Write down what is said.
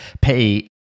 pay